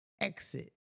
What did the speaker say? Exit